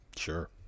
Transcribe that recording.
sure